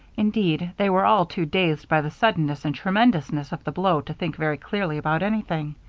indeed, they were all too dazed by the suddenness and tremendousness of the blow to think very clearly about anything.